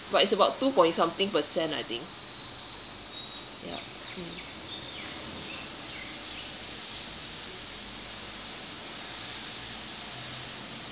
but it's about two point something percent I think ya mm